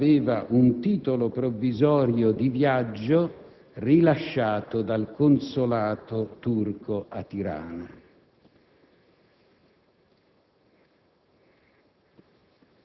Infatti, aveva un titolo provvisorio di viaggio rilasciato dal consolato turco a Tirana.